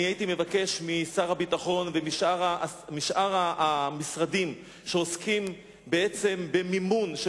אני הייתי מבקש משר הביטחון ומשאר המשרדים שעוסקים במימון של